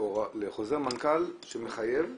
לחוזר מנכ"ל שמחייב,